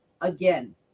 again